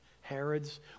Herod's